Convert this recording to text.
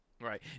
Right